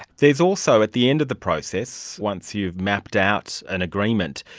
there's also at the end of the process, once you've mapped out an agreement,